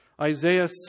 Isaiah